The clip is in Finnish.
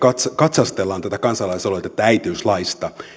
katsastelemme tätä kansalaisaloitetta äitiyslaista niin